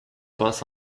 passe